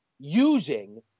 Using